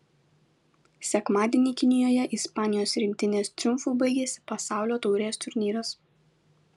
sekmadienį kinijoje ispanijos rinktinės triumfu baigėsi pasaulio taurės turnyras